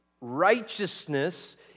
righteousness